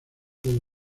todo